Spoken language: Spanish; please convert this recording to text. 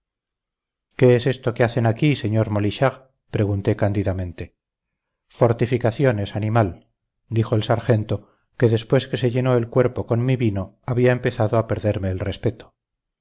qué es esto que hacen aquí señor molichard pregunté cándidamente fortificaciones animal dijo el sargento que después que se llenó el cuerpo con mi vino había empezado a perderme el respeto